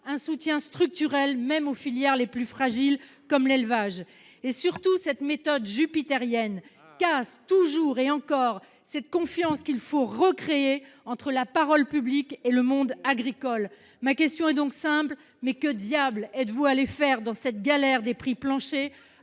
un soutien structurel, même aux filières les plus fragiles comme celle de l’élevage. Surtout, cette méthode jupitérienne casse toujours et encore cette confiance qu’il faut recréer entre la parole publique et le monde agricole. Ma question est donc simple : que diable êtes vous allée faire dans cette galère des prix planchers,